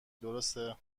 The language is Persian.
درسته